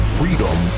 freedom